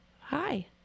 hi